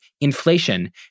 inflation